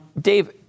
Dave